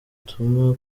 atuma